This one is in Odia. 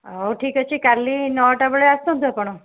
ହଉ ଠିକ ଅଛି କାଲି ନଅଟା ବେଳେ ଆସନ୍ତୁ ଆପଣ